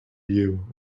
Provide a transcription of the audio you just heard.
you